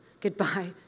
goodbye